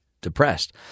depressed